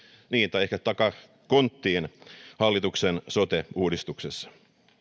tai ehkä takakonttiin hallituksen sote uudistuksessa